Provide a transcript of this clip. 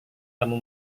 kamu